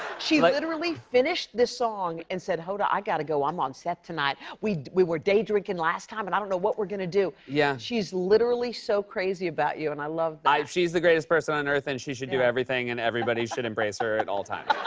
she literally finished this song and said, hoda, i gotta go. i'm on seth tonight. we we were day drinking last time, and i don't know what we're gonna do. yeah. she's literally so crazy about you, and i love that. she's the greatest person on earth, and she should do everything, and everybody should embrace her at all times.